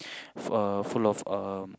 uh full of um